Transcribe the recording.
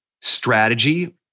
strategy